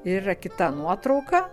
ir yra kita nuotrauka